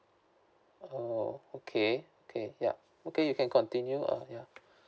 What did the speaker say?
orh okay okay yup okay you can continue uh ya